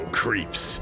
creeps